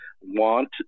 want